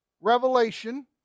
revelation